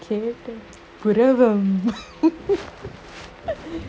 Ketan puravam